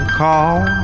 call